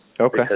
Okay